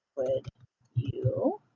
would you